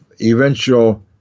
eventual